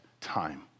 time